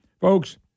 Folks